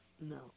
No